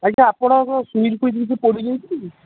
ଆଜ୍ଞା ଆପଣଙ୍କ ସୁଇଚ୍ ଫୁଇଚ୍ କିଛି ପୋଡ଼ି ଯାଇଛି କି